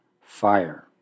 fire